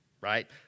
right